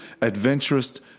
adventurous